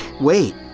Wait